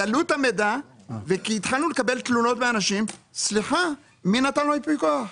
דלו את המידע והתחלנו לקבל תלונות מאנשים כי מי נתן לו ייפוי כוח.